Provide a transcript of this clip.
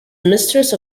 mistress